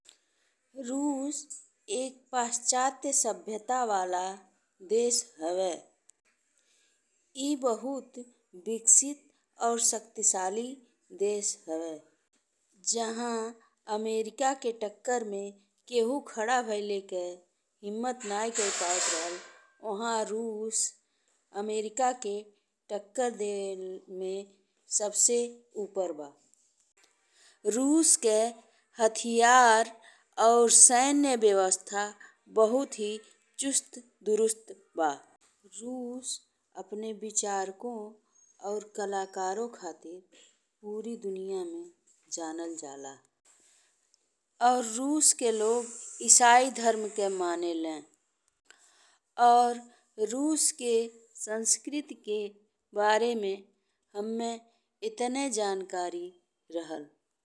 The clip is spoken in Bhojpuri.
रूस एक प्राचीन सभ्यता वाला देश हवे। ई बहुत विकसित और शक्तिशाली देश हवे। जहाँ अमेरिका के टक्कर में केहु खड़ा भइले के हिम्मत नाहीं कई पाएला ओह रूस अमेरिका के टक्कर देवे में सबसे ऊपर बा। रूस के हथियार और सैन्य व्यवस्था बहुत ही चुस्त-दुरुस्त बा। रूस अपने विचारकों और कलाकारों खातिर पूरी दुनिया में जानल जाला। और रूस के लोग ईसाई धर्म के मानेले और रूस के संस्कृति के बारे में हममें इतने जानकारी रहल।